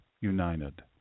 United